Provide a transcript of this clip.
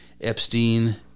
Epstein